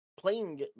playing